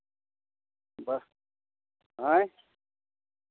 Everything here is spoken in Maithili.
बस आँय